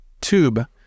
tube